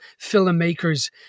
filmmakers